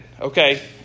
okay